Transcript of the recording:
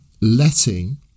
letting